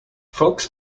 fox